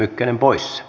herra puhemies